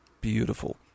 Beautiful